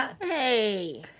Hey